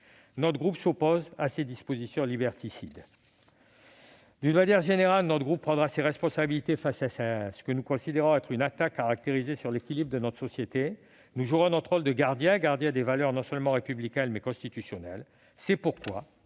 Notre groupe s'oppose à ces dispositions liberticides. De manière générale, nous prendrons nos responsabilités face à ce que nous considérons comme une attaque caractérisée contre l'équilibre de notre société. Nous jouerons notre rôle de gardien des valeurs républicaines et constitutionnelles. C'est pourquoi